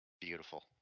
Beautiful